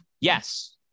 yes